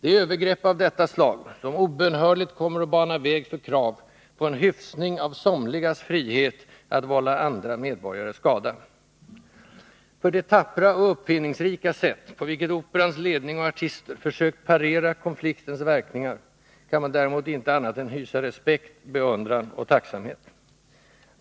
Det är övergrepp av detta slag som obönhörligt kommer att bana väg för krav på en hyfsning av somligas frihet att vålla andra medborgare skada. För det tappra och uppfinningsrika sätt på vilket Operans ledning och artister försökt parera konfliktens verkningar, kan man däremot inte annat än hysa respekt, beundran och tacksamhet.